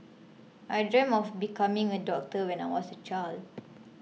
I dreamt of becoming a doctor when I was a child